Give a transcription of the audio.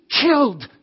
killed